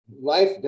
life